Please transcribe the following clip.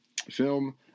film